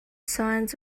signs